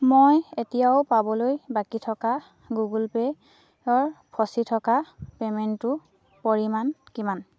মই এতিয়াও পাবলৈ বাকী থকা গুগল পে'ৰ ফচি থকা পে'মেণ্টটোৰ পৰিমাণ কিমান